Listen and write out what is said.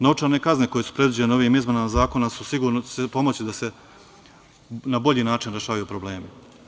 Novčane kazne koje su predviđene ovim izmenama zakona će sigurno pomoći da se na bolji način rešavaju problemi.